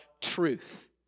truth